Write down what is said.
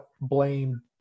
blame